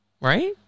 Right